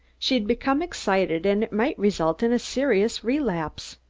she'd become excited and it might result in a serious relapse.